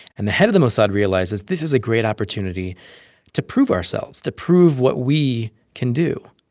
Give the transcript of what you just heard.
and the head of the mossad realizes, this is a great opportunity to prove ourselves to prove what we can do.